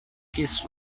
guest